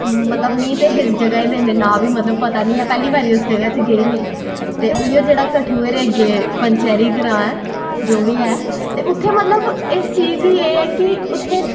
मतलव मिगी ते इस जगाह् दे इन्ने नां बी पता नी ऐं पैह्ली बारी उस जगाह् च गेई में ते उद्धर जेह्ड़ा कठुए दे अग्गैं ग्रांऽ ऐ उत्थें मतलव इस चीज़ दी एह् ऐ कि उत्थें